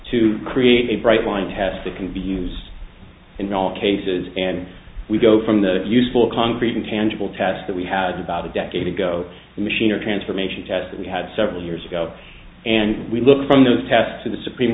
to create a bright line test that can be used in all cases and we go from the useful concrete and tangible task that we had about a decade ago machine or transformation test we had several years ago and we look from those tests of the supreme